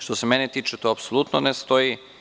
Što se mene tiče, to apsolutno ne stoji.